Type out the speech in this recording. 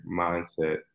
mindset